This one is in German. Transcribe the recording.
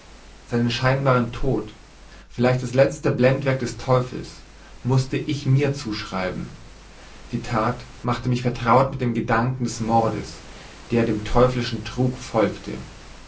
seinen scheinbaren tod vielleicht das leere blendwerk des teufels mußte ich mir zuschreiben die tat machte mich vertraut mit dem gedanken des mordes der dem teuflischen trug folgte